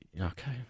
okay